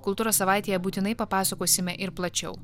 kultūros savaitėje būtinai papasakosime ir plačiau